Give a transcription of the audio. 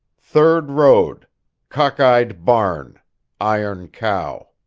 third road cockeyed barn iron cow.